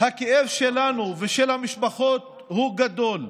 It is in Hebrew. הכאב שלנו ושל המשפחות הוא גדול,